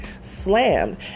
slammed